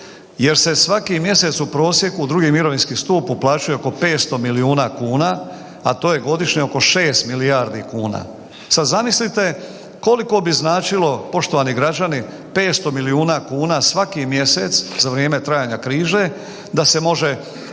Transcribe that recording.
Jer se svaki mjesec u prosjeku u drugi mirovinski stup uplaćuje oko 500 milijuna kuna, a to je godišnje oko 6 milijardi kuna. Sada zamislite koliko bi značilo, poštovani građani, 500 milijuna kuna svaki mjesec za vrijeme trajanja krize da se može